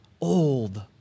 old